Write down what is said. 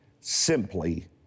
Simply